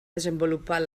desenvolupar